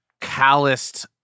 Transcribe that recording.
calloused